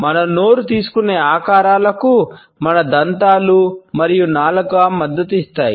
మన నోరు తీసుకునే ఆకారాలకు మన దంతాలు మరియు నాలుక మద్దతు ఇస్తాయి